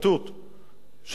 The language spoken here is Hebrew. של ראש הממשלה,